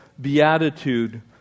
beatitude